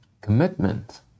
commitment